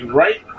right